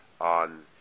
on